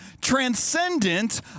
transcendent